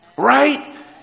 Right